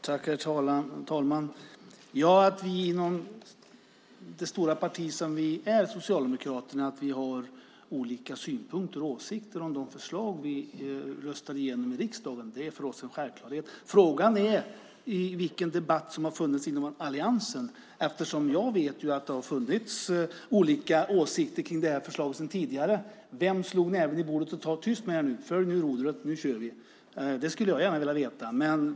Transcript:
Herr talman! Att vi inom det stora partiet Socialdemokraterna har olika synpunkter och åsikter om de förslag vi röstar igenom i riksdagen är för oss en självklarhet. Frågan är vilken debatt som har funnits inom alliansen. Jag vet att det har funnits olika åsikter om förslaget sedan tidigare. Vem slog näven i bordet och sade: Tyst med er nu! Följ rodret, nu kör vi! Det skulle jag gärna vilja veta.